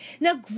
Now